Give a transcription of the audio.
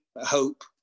hope